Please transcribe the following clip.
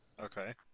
okay